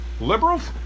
liberals